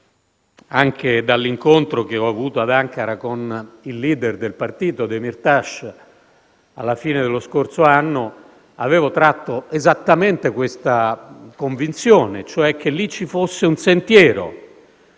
Anche dall'incontro che ho avuto ad Ankara con il *leader* del partito Demirtas alla fine dello scorso anno avevo tratto esattamente questa convinzione, e cioè che lì ci fosse un sentiero.